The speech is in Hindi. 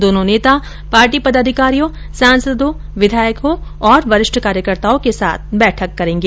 दोनो नेता पार्टी पदाधिकारियों सांसदों विधायकों और वरिष्ठ कार्यकर्ताओं के साथ बैठक करेंगे